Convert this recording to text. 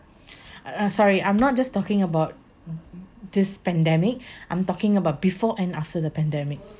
uh sorry I'm not just talking about this pandemic I'm talking about before and after the pandemic